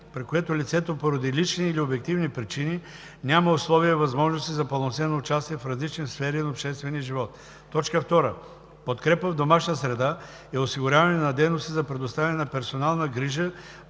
при което лицето поради лични или обективни причини няма условия и възможности за пълноценно участие в различни сфери на обществения живот. 2. „Подкрепа в домашна среда“ е осигуряване на дейности за предоставяне на персонална грижа